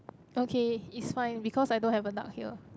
okay it's fine because I don't have a duck here